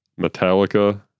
Metallica